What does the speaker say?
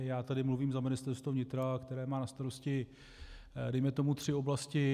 Já tady mluvím za Ministerstvo vnitra, které má na starosti dejme tomu tři oblasti.